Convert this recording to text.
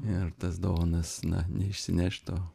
ir tas dovanas na neišsinešt o